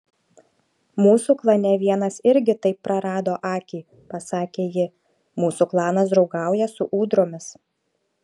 mūsų klane vienas irgi taip prarado akį pasakė ji mūsų klanas draugauja su ūdromis